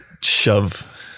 Shove